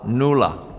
Nula.